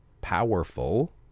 powerful